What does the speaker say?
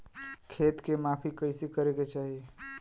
खेत के माफ़ी कईसे करें के चाही?